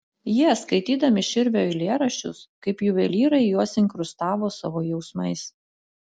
jie skaitydami širvio eilėraščius kaip juvelyrai juos inkrustavo savo jausmais